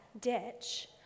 ditch